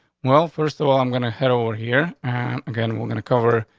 well, first of all, i'm gonna head over here again. we're gonna cover.